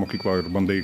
mokyklą ir bandai